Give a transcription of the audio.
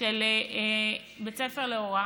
של בית ספר להוראה.